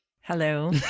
Hello